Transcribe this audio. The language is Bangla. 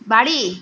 বাড়ি